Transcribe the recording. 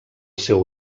seu